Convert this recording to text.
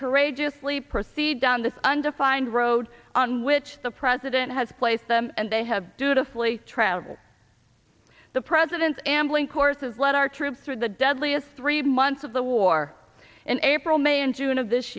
courageously proceed down this undefined road on which the president has placed them and they have due to fully travel the president's ambling courses let our troops through the deadliest three months of the war in april may and june of this